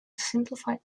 simplified